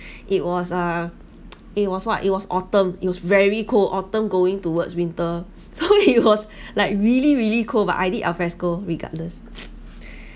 it was a it was what it was autumn it was very cold autumn going towards winter so it was like really really cold but I did alfresco regardless